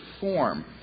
form